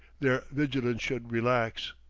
their vigilance should relax.